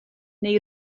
neu